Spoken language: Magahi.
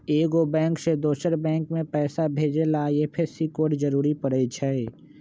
एगो बैंक से दोसर बैंक मे पैसा भेजे ला आई.एफ.एस.सी कोड जरूरी परई छई